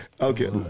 Okay